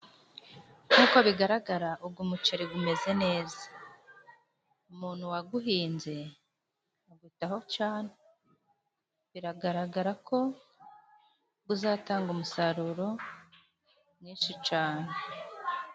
Nk'uko bigaragara ugu muceri gumeze neza, umuntu waguhinze agwitaho cane biragaragara ko guzatanga umusaruro mwinshi cane.